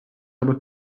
aber